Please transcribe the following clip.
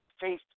faith